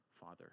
father